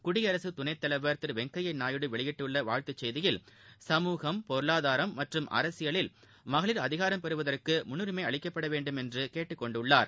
குடியரசு துணைத் தலைவர் திரு வெங்கப்ய நாயுடு வெளியிட்டுள்ள வாழ்த்து செய்தியில் சமூகம் பொருளாதாரம் மற்றும் அரசியலில் மகளிர் அதிகாரம் பெறுவதற்கு முன்னுரிமை அளிக்கப்பட வேண்டுமென்று கேட்டுக் கொண்டுள்ளார்